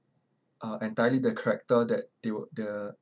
uh entirely the character that they would the